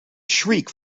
shriek